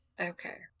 okay